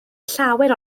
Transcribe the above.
llawer